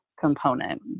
component